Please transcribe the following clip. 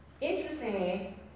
Interestingly